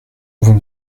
vous